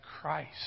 Christ